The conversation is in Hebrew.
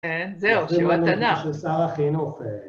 כן, זהו, שהוא התנ״ך. זהו, זה שר החינוך.